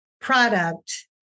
product